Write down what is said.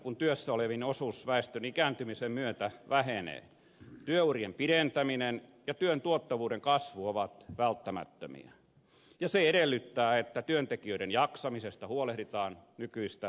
kun työssä olevien osuus väestön ikääntymisen myötä vähenee työurien pidentäminen ja työn tuottavuuden kasvu ovat välttämättömiä ja se edellyttää että työntekijöiden jaksamisesta huolehditaan nykyistä paremmin